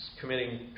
committing